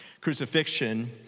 Crucifixion